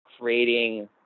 creating